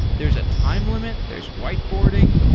there's a time limit. there's whiteboarding.